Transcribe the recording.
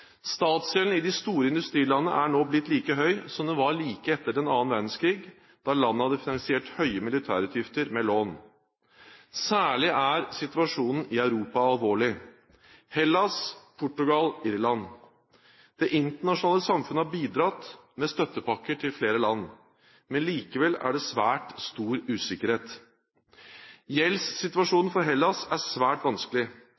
i de store industrilandene er nå blitt like høy som den var like etter den annen verdenskrig, da landene hadde finansiert høye militære utgifter med lån. Særlig er situasjonen i Europa alvorlig – Hellas, Portugal, Irland. Det internasjonale samfunnet har bidratt med støttepakker til flere land, men likevel er det svært stor usikkerhet. Gjeldssituasjonen for Hellas er svært vanskelig